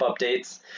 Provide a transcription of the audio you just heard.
updates